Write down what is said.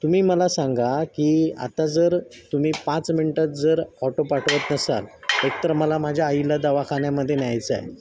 तुम्ही मला सांगा की आता जर तुम्ही पाच मिनटात जर ऑटो पाठवत नसाल एकतर मला माझ्या आईला दवाखान्यामध्ये न्यायचं आहे